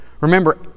remember